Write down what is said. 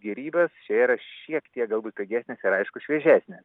gėrybės čia yra šiek tiek galbūt pigesnės ir aišku šviežesnės